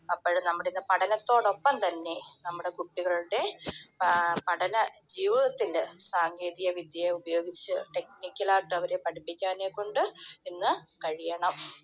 അപ്പം നമ്മുടേത് പഠനത്തോടൊപ്പം തന്നെ നമ്മുടെ കുട്ടികളുടെ പഠന ജീവിതത്തിൻ്റെ സാങ്കേതിക വിദ്യ ഉപയോഗിച്ച് ടെക്ക്നിക്കൽ ആയിട്ട് അവരെ പഠിപ്പിക്കാനേ കൊണ്ട് ഇന്ന് കഴിയണം